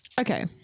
okay